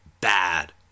bad